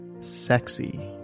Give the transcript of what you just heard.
sexy